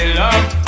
love